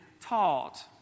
taught